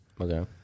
Okay